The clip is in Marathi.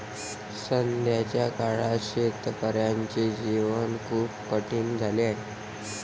सध्याच्या काळात शेतकऱ्याचे जीवन खूप कठीण झाले आहे